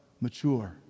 Mature